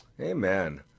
Amen